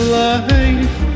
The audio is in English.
life